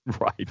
Right